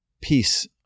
peace